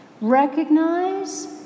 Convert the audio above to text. recognize